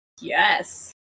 Yes